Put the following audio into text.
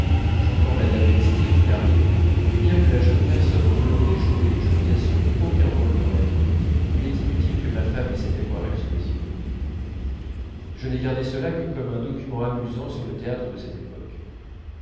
j'entends madame elstir qui arrive et bien que la jeune personne au melon n'ait joué je vous assure aucun rôle dans ma vie il est inutile que ma femme ait cette aquarelle sous les yeux je n'ai gardé cela que comme un document amusant sur le théâtre de cette époque